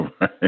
right